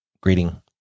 greeting